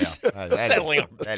settling